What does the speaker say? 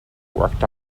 worked